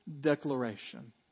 declaration